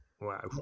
wow